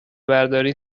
برداری